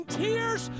tears